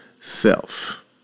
self